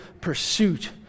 pursuit